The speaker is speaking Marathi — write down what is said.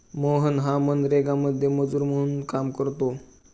मोहन हा मनरेगामध्ये मजूर म्हणून काम करतो